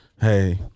Hey